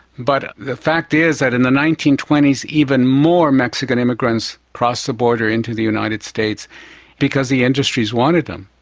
but the fact is that in the nineteen twenty s even more mexican immigrants crossed the border into the united states because the industries wanted them.